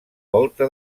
volta